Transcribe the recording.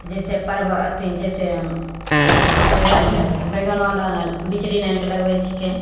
जैसे परबल अथी जैसे बैगन भेल तऽ बैगन हो अलग बिचड़ी लानिके लगबैत छिकै